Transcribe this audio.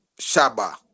Shaba